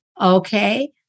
okay